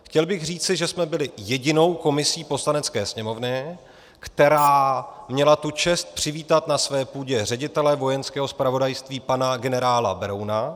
Chtěl bych říci, že jsme byli jedinou komisí Poslanecké sněmovny, která měla tu čest přivítat na své půdě ředitele Vojenského zpravodajství pana generála Berouna.